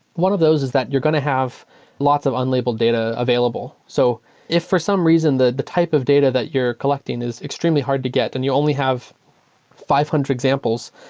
one of those is that you're going to have lots of unlabeled data available. so if for some reason the the type of data that you're collecting is extremely hard to get and you only have five hundred examples,